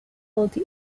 quality